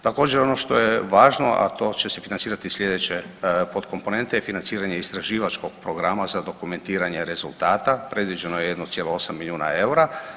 Također ono što je važno, a to će se financirati iz slijedeće potkomponente je financiranje istraživačkog programa za dokumentiranje rezultata, predviđeno je 1,8 milijuna eura.